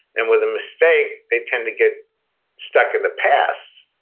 and with a mistake they tend to get stuck in the past.